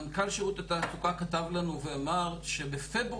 מנכ"ל שירות התעסוקה כתב לנו ואמר שבפברואר